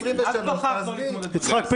יש עוד מישהו מחברי הכנסת שרוצה להתייחס?